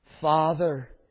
Father